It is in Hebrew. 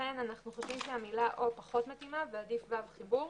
לכן אנו חושבים שהמילה או פחות מתאימה ועדיף וי"ו החיבור.